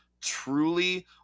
truly